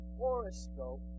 Horoscope